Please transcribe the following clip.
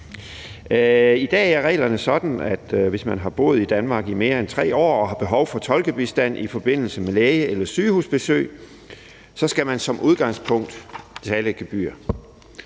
I dag er reglerne sådan, at hvis man har boet i Danmark i mere end 3 år og har behov for tolkebistand i forbindelse med læge- eller sygehusbesøg, skal man som udgangspunkt betale et gebyr.